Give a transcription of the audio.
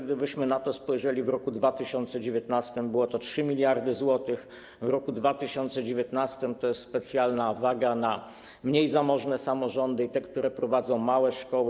Gdybyśmy na to spojrzeli, w roku 2019 były to 3 mld zł, w roku 2019 to jest specjalna waga na mniej zamożne samorządy i te, które prowadzą małe szkoły.